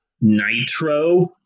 Nitro